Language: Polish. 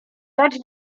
dać